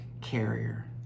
carrier